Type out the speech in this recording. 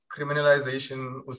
criminalization